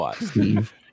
Steve